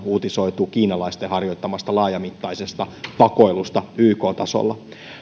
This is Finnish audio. uutisoitu kiinalaisten harjoittamasta laajamittaisesta vakoilusta yk tasolla